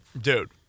Dude